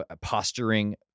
posturing